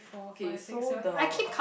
okay so the